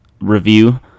Review